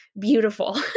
beautiful